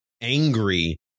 angry